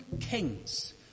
kings